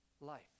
life